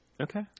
Okay